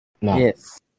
yes